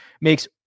makes